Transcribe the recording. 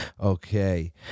Okay